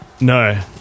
No